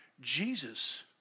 Jesus